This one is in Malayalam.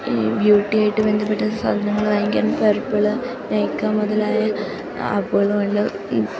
ഈ ബ്യൂട്ടിയായിട്ട് ബന്ധപ്പെട്ട സാധനങ്ങൾ വാങ്ങിക്കാൻ പർപ്പിൾ നയ്ക്കാ മുതലായ ആപ്പുകളുമുണ്ട്